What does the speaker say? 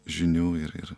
žinių ir ir